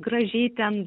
gražiai ten